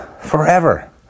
forever